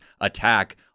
attack